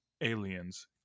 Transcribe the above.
aliens